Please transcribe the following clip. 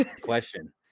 question